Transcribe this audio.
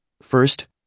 First